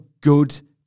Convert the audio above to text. good